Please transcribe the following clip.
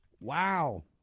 Wow